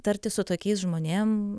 ag tartis su tokiais žmonėm